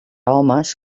homes